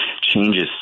changes